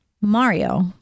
Mario